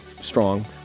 strong